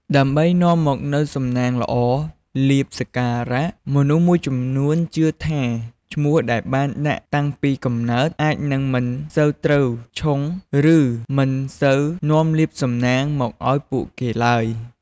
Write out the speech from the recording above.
ដើម្បីនាំមកនូវសំណាងល្អ លាភ សក្ការៈ មនុស្សមួយចំនួនជឿថាឈ្មោះដែលបានដាក់តាំងពីកំណើត អាចនឹងមិនសូវត្រូវឆុង ឬមិនសូវនាំលាភសំណាងមកឲ្យពួកគេឡើយ។